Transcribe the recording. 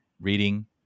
reading